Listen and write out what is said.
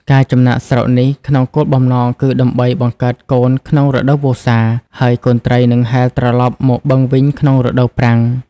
ការចំណាកស្រុកនេះ ក្នុងគោលបំណង គឺដើម្បីបង្កើតកូនក្នុងរដូវវស្សា ហើយកូនត្រីនឹងហែលត្រឡប់មកបឹងវិញក្នុងរដូវប្រាំង។